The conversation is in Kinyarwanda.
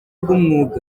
bw’umwuga